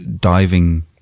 diving